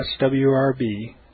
swrb